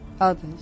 others